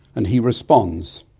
and he responds.